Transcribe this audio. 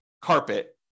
carpet